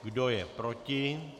Kdo je proti?